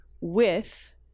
with-